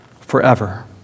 forever